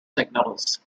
signals